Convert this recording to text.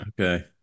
Okay